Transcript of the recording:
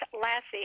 Lassie